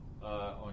On